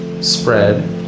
spread